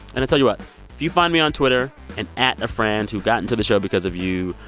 and i'll tell you what, if you find me on twitter and at a friend who got into the show because of you,